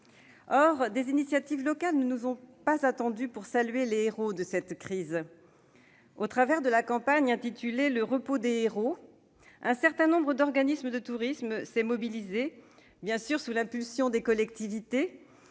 Or des initiatives locales ne nous ont pas attendus pour saluer les héros de cette crise. Avec la campagne intitulée « le repos des héros », un certain nombre d'organismes de tourisme se sont mobilisés, sous l'impulsion des collectivités,